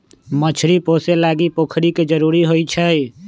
मछरी पोशे लागी पोखरि के जरूरी होइ छै